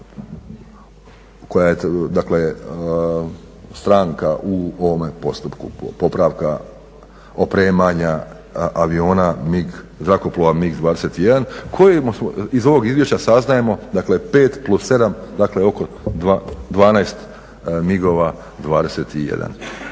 dakle stranka u ovome postupku popravka, opremanja aviona, zrakoplova MIG-21 kojemu su, iz ovog izvješća saznajemo dakle 5+7 dakle oko 12 MIG-ova